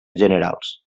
generals